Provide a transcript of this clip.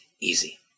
Easy